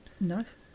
Nice